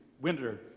winter